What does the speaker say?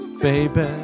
Baby